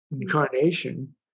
incarnation